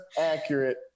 accurate